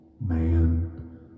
man